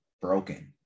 broken